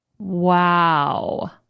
Wow